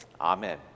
Amen